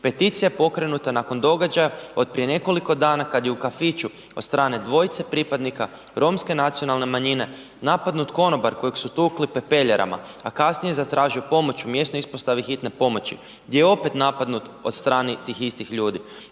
Peticija je pokrenuta nakon događaja od prije nekoliko dana kad je u kafiću od strane dvojice pripadnika romske nacionalne manjine napadnut konobar kojeg su tukli pepeljarama, a kasnije je zatražio pomoć u mjesnoj ispostavi hitne pomoći gdje je opet napadnut od strane tih istih ljudi.